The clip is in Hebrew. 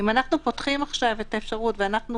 אם אנחנו פותחים עכשיו את האפשרות ואנחנו